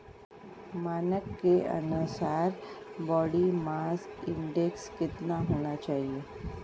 मानक के अनुसार बॉडी मास इंडेक्स कितना होना चाहिए?